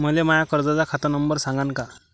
मले माया कर्जाचा खात नंबर सांगान का?